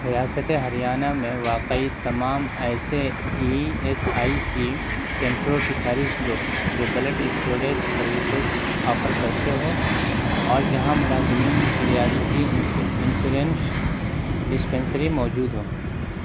ریاست ہریانہ میں واقعی تمام ایسے ای ایس آئی سی سنٹروں کی فہرست دو جو بلڈ اسٹوریج سروسز آفر کرتے ہو اور جہاں ملازمین کی ریاستی انشورنس ڈشپنسری موجود ہو